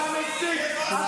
אתה מסית.